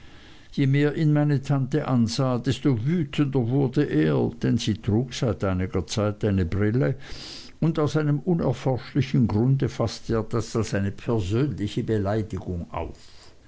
je mehr ihn meine tante ansah desto wütender wurde er denn sie trug seit einiger zeit eine brille und aus einem unerforschlichen grunde faßte er das als eine persönliche beleidigung auf